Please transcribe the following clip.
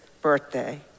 birthday